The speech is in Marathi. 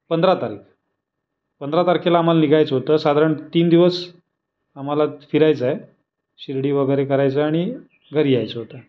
पंधरा तारीख पंधरा तारखेला आम्हाला निघायचं होतं साधारण तीन दिवस आम्हाला फिरायचं आहे शिर्डी वगैरे करायचं आहे आणि घरी यायचं होतं